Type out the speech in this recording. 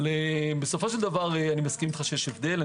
בסופו של דבר אני מסכים שיש הבדל.